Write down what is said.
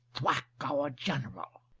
thwack our general?